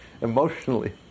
Emotionally